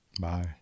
Bye